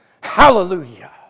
Hallelujah